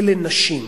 אלה נשים.